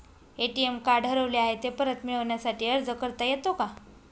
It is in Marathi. ए.टी.एम कार्ड हरवले आहे, ते परत मिळण्यासाठी अर्ज करता येतो का?